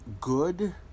good